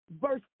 verse